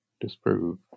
disprove